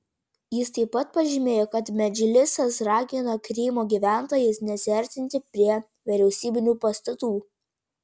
jis taip pat pažymėjo kad medžlisas ragina krymo gyventojus nesiartinti prie vyriausybinių pastatų